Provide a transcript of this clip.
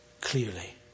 Clearly